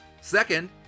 Second